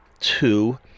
two